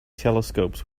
telescopes